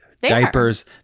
diapers